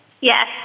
Yes